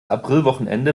aprilwochenende